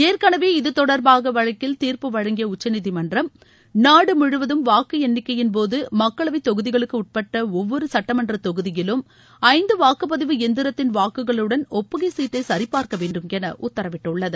ஏற்கனவே இது தொடர்பாக வழக்கில் தீர்ப்பு வழங்கிய உச்சநீதிமன்றம் நாடு முழுவதும் வாக்கு எண்ணிக்கையின்போது மக்களவைத் தொகுதிகளுக்குட்பட்ட ஒவ்வொரு சுட்டமன்றத் தொகுதியிலும் ஐந்து வாக்குப்பதிவு எந்திரத்தின் வாக்குகளுடன் ஒப்புகைச்சீட்டை சரிபார்க்க வேண்டுமென உத்தரவிட்டுள்ளது